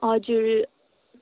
हजुर